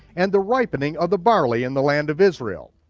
and the ripening of the barley in the land of israel.